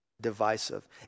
divisive